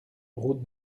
route